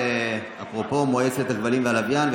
אפרופו מועצת הכבלים והלוויין,